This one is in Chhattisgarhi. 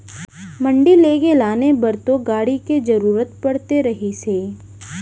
मंडी लेगे लाने बर तो गाड़ी के जरुरत पड़ते रहिस हे